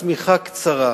השמיכה קצרה.